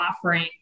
offering